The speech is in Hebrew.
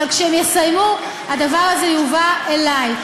אבל כשהם יסיימו הדבר זה יובא אלי,